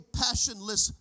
passionless